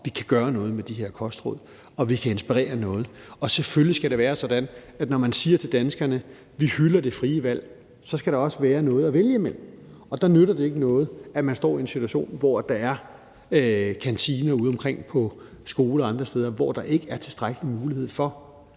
vi kan gøre noget med de her kostråd, og at vi kan inspirere til noget. Selvfølgelig skal det være sådan, at når man siger til danskerne, at man hylder det frie valg, så skal der også være noget at vælge imellem, og der nytter det ikke noget, at man står i en situation, hvor der er kantiner udeomkring på skoler og andre steder, hvor der ikke er tilstrækkelig mulighed for